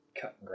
cutting